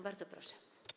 Bardzo proszę.